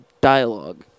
dialogue